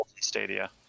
stadia